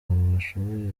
bashoboye